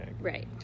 Right